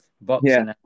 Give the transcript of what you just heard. Boxing